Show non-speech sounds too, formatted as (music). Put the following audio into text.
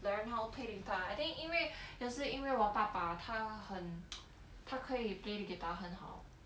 learn how play the guitar I think 因为也是因为我爸爸他很 (noise) 他可以 play the guitar 很好